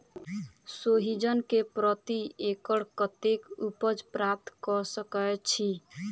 सोहिजन केँ प्रति एकड़ कतेक उपज प्राप्त कऽ सकै छी?